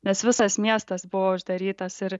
nes visas miestas buvo uždarytas ir